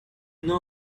know